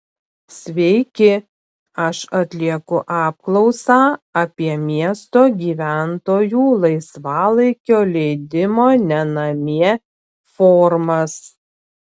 sveiki aš atlieku apklausą apie miesto gyventojų laisvalaikio leidimo ne namie formas